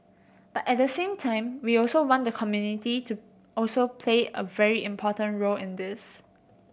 but at the same time we also want the community to also play a very important role in this